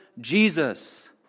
Jesus